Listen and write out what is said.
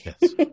Yes